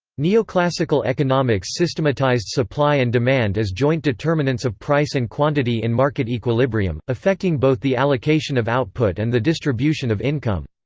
neoclassical economics systematised supply and demand as joint determinants of price and quantity in market equilibrium, affecting both the allocation of output and the distribution of income.